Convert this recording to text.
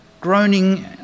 Groaning